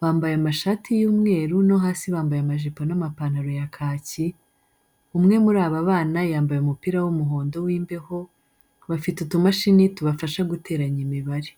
bambaye amashati y'umweru no hasi bambaye amajipo n'amapantaro ya kaki, umwe muri aba bana yambaye umupira w'umuhondo w'imbeho, bafite utumashini tubafasha guteranya imibare.